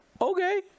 Okay